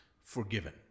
forgiven